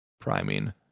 priming